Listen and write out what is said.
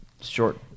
short